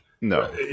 No